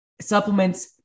supplements